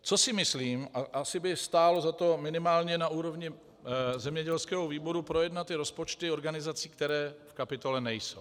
Co si myslím, a asi by stálo za to minimálně na úrovni zemědělského výboru projednat i rozpočty organizací, které v kapitole nejsou.